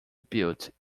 built